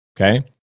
okay